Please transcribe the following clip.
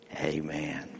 Amen